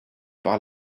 par